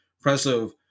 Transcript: impressive